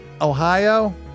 Ohio